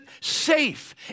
safe